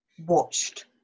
watched